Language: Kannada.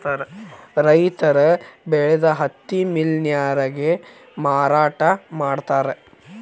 ರೈತರ ಬೆಳದ ಹತ್ತಿ ಮಿಲ್ ನ್ಯಾರಗೆ ಮಾರಾಟಾ ಮಾಡ್ತಾರ